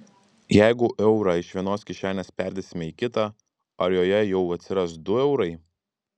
jeigu eurą iš vienos kišenės perdėsime į kitą ar joje jau atsiras du eurai